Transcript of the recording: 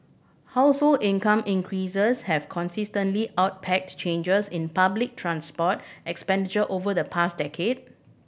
household income increases have consistently outpaced changes in public transport expenditure over the past decade